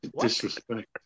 Disrespect